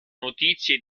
notizie